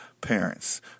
parents